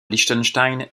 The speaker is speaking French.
liechtenstein